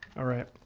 all right,